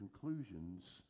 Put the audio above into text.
conclusions